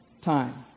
time